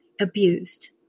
abused